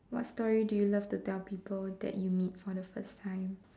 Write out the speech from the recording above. what story do you love to tell people that you meet for the first time